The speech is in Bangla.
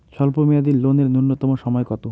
স্বল্প মেয়াদী লোন এর নূন্যতম সময় কতো?